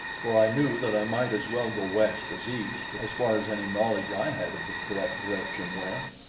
for i knew that i might as well go west as east, as far as any knowledge i had of the correct direction went.